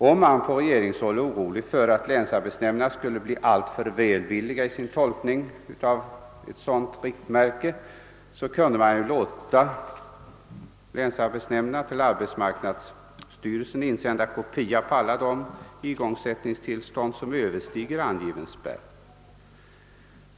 Om man på regeringshåll är orolig över att länsarbetsnämnderna skulle bli alltför välvilliga i sin tolkning av ett sådant riktmärke, kunde man låta länsarbetsnämnderna till arbetsmarknadsstyrelsen insända kopia på alla de igångsättningstillstånd, vilka avsåge byggen som överstege angiven kostnadsram.